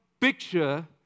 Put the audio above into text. picture